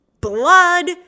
blood